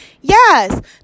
Yes